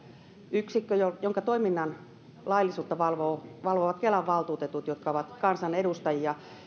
yksikkö jonka toiminnan laillisuutta valvovat valvovat kelan valtuutetut jotka ovat kansanedustajia ja